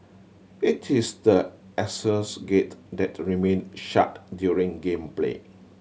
it is the aisles gate that remain shut during game play